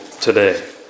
today